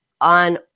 on